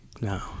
no